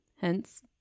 Hence